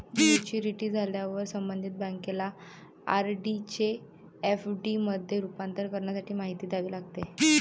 maturity झाल्यावर संबंधित बँकेला आर.डी चे एफ.डी मध्ये रूपांतर करण्यासाठी माहिती द्यावी लागते